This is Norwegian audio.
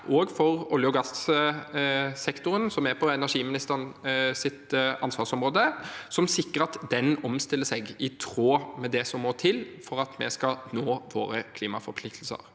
også for oljeog gassektoren, som er innenfor energiministerens ansvarsområde, som sikrer at den omstiller seg i tråd med det som må til for at vi skal nå våre klimaforpliktelser.